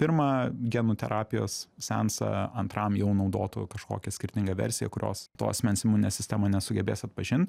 pirmą genų terapijos seansą antram jau naudotų kažkokią skirtingą versiją kurios to asmens imuninė sistema nesugebės atpažint